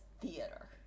theater